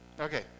Okay